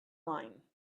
line